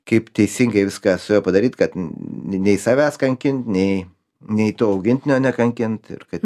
kaip teisingai viską su juo padaryt kad n nei savęs kankint nei nei to augintinio nekankint ir kad